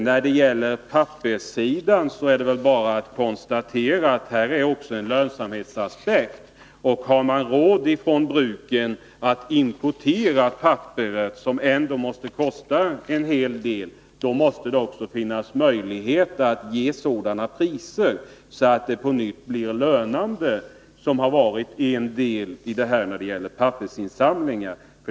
När det gäller papperet är det bara att konstatera att det också finns en lönsamhetsaspekt. Har pappersbruken råd att importera papper, vilket måste kosta en hel del, måste det också finnas möjligheter att sätta sådana priser på det svenska papperet att pappersinsamlingar på nytt blir lönande.